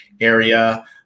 area